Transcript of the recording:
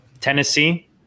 Tennessee